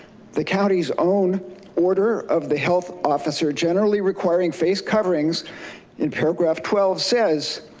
the county's own order of the health officer generally requiring face coverings in paragraph twelve says,